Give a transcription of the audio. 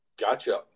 Gotcha